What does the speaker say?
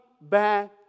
back